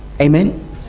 Amen